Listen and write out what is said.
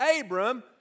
Abram